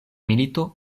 milito